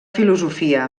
filosofia